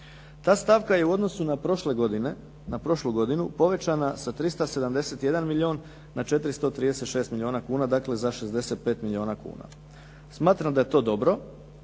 Ta stavka je u odnosu na prošlu godinu povećana sa 371 milijun na 436 milijuna kuna. Dakle, za 65 milijuna kuna. Smatram da je to dobro,